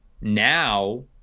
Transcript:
now